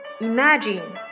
imagine